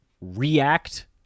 react